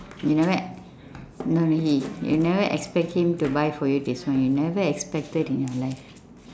you never e~ no no he you never expect him to buy for you this one you never expected in your life